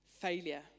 failure